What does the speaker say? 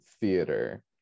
theater